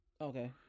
Okay